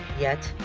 yet.